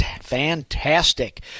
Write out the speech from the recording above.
fantastic